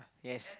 yes